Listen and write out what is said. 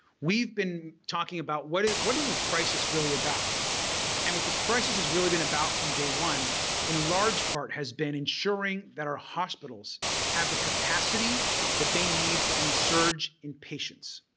we've been talking about what is what is this crisis really about and what this crisis has really been about from day one in large part has been ensuring that our hospitals have the capacity that they need for any surge in patients.